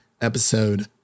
episode